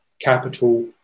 capital